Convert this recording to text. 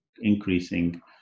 increasing